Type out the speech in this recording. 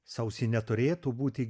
sausį neturėtų būti